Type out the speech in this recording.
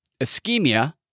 ischemia